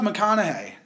McConaughey